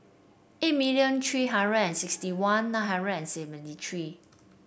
eight million three hundred and sixty one nine hundred and seventy three